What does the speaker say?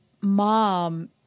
mom